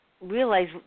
realize